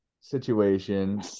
situation